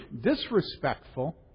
disrespectful